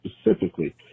specifically